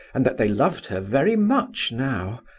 and that they loved her very much now.